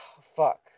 fuck